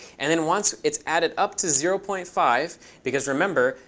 and then once it's added up to zero point five because, remember,